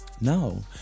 No